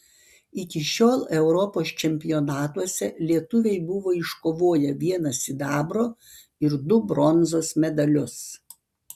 iki šiol europos čempionatuose lietuviai buvo iškovoję vieną sidabro ir du bronzos medalius